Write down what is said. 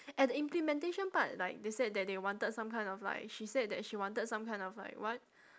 at the implementation part like they said that they wanted some kind of like she said that she wanted some kind of like what